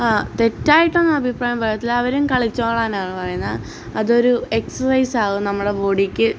തെറ്റായിട്ടൊന്നു അഭിപ്രായം പറയത്തില്ല അവരും കളിച്ചോളാനാണ് പറയുന്ന അതൊരു എക്സർസൈസാകും നമ്മുടെ ബോഡിക്ക്